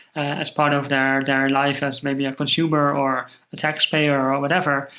as part of their their life, as maybe a consumer, or a tax payer, or whatever.